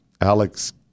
Alex